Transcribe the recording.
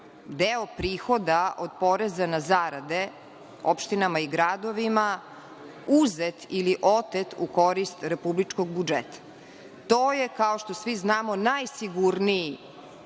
deo prihoda od poreza na zarade opštinama i gradovima, uzet ili otet u korist republičkog budžeta. To je, kao što svi znamo, najsigurniji